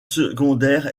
secondaire